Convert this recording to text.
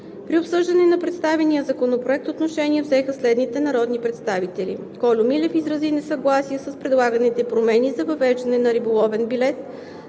При обсъждане на представения законопроект отношение взеха следните народни представители. Господин Кольо Милев изрази несъгласие с предлаганите промени за въвеждане на риболовен билет